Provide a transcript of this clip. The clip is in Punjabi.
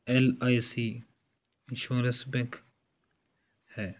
L I C insurance bank ਹੈ